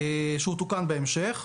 שהוא תוקן בהמשך.